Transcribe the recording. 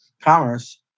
commerce